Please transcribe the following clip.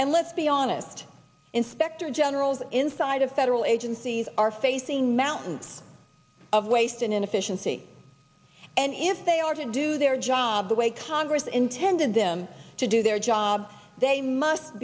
and let's be honest inspector generals inside of federal agencies are facing mountains of waste and inefficiency and if they are to do their job the way congress intended them to do their job they must